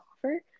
offer